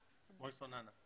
זווננה.